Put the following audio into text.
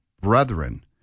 brethren